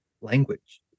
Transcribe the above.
language